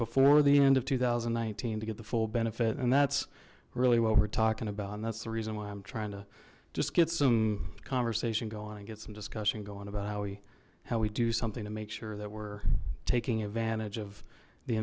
before the end of two thousand and nineteen to get the full benefit and that's really what we're talking about and that's the reason why i'm trying to just get some conversation going and get some discussion going about how we how we do something to make sure that we're taking advantage of the